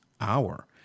hour